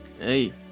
Hey